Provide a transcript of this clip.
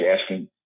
asking